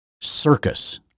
circus